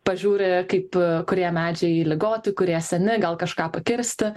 pažiūri kaip kurie medžiai ligoti kurie seni gal kažką pakirsti